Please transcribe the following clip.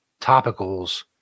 topicals